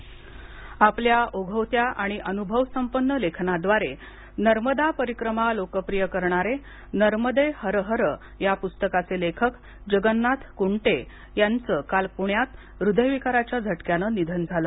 जगन्नाथ कटे निधन आपल्या ओघवत्या आणि अनुभव संपन्न लेखनाद्वारे नर्मदा परिक्रमा लोकप्रिय करणारे नर्मदे हर हर या पुस्तकाचे लेखक जगन्नाथ कुंटे याचं काल पुण्यात हृदयविकाराच्या झटक्याने निधन झालं